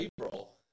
April